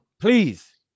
please